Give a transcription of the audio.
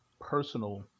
personal